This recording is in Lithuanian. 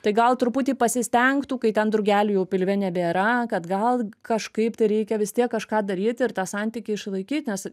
tai gal truputį pasistengtų kai ten drugelių jau pilve nebėra kad gal kažkaip tai reikia vis tiek kažką daryti ir tą santykį išlaikyt nes